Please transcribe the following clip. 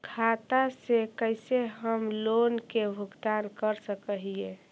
खाता से कैसे हम लोन के भुगतान कर सक हिय?